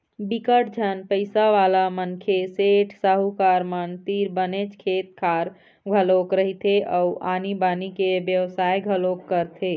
बिकट झन पइसावाला मनखे, सेठ, साहूकार मन तीर बनेच खेत खार घलोक रहिथे अउ आनी बाकी के बेवसाय घलोक करथे